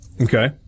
Okay